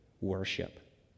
worship